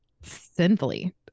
sinfully